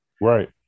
Right